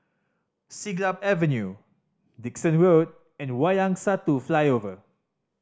Siglap Avenue Dickson Road and Wayang Satu Flyover